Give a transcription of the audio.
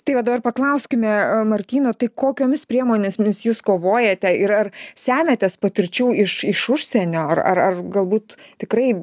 tai va dabar paklauskime martyno tai kokiomis priemonėmis jūs kovojate ir ar semiatės patirčių iš iš užsienio ar ar galbūt tikrai